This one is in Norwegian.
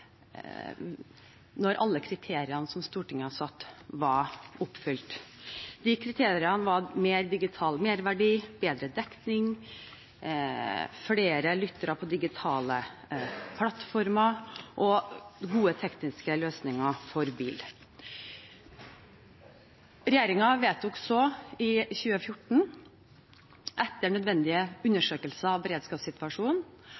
når alle kriteriene som Stortinget hadde satt, var oppfylt. De kriteriene var mer digital merverdi, bedre dekning, flere lyttere på digitale plattformer og gode tekniske løsninger for bil. Regjeringen vedtok i 2014, etter nødvendige